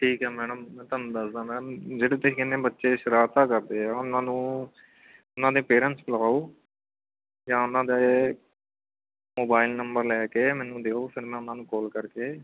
ਠੀਕ ਹੈ ਮੈਡਮ ਮੈਂ ਤੁਹਾਨੂੰ ਦੱਸਦਾ ਮੈਮ ਜਿਹੜੇ ਤੁਸੀਂ ਕਹਿੰਦੇ ਬੱਚੇ ਸ਼ਰਾਰਤਾਂ ਕਰਦੇ ਆ ਉਹਨਾਂ ਨੂੰ ਉਹਨਾਂ ਦੇ ਪੇਰੈਂਟਸ ਬੁਲਾਓ ਜਾਂ ਉਹਨਾਂ ਦੇ ਮੋਬਾਈਲ ਨੰਬਰ ਲੈ ਕੇ ਮੈਨੂੰ ਦਿਓ ਫਿਰ ਮੈਂ ਉਹਨਾਂ ਨੂੰ ਕਾਲ ਕਰਕੇ